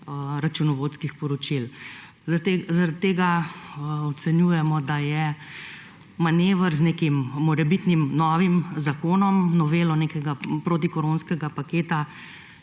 računovodskih poročil. Zaradi tega ocenjujemo, da je manever z nekim morebitnim novim zakonom, novelo nekega protikoronskega paketa,